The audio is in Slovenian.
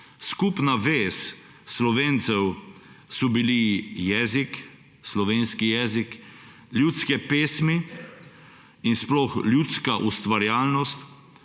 Skupna vez Slovencev so bili jezik, slovenski jezik, ljudske pesmi in sploh ljudska ustvarjalnost,